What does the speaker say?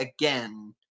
again